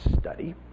study